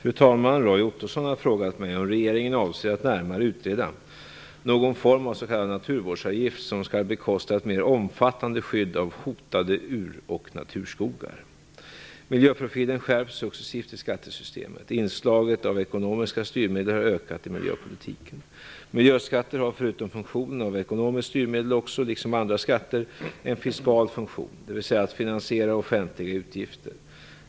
Fru talman! Roy Ottosson har frågat mig om regeringen avser att närmare utreda någon form av s.k. naturvårdsavgift som skall bekosta ett mer omfattande skydd av hotade ur och naturskogar. Miljöprofilen skärps successivt i skattesystemet. Inslaget av ekonomiska styrmedel har ökat i miljöpolitiken. Miljöskatter har förutom funktionen av ekonomiskt styrmedel också - liksom andra skatter - en fiskal funktion, dvs. att finansiera offentliga utgifter.